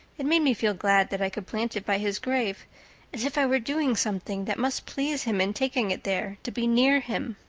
it made me feel glad that i could plant it by his grave as if i were doing something that must please him in taking it there to be near him.